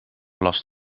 last